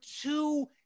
two